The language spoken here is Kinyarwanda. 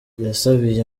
yasabiye